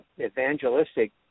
evangelistic